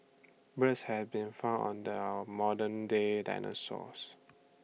birds have been found under our modern day dinosaurs